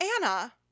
Anna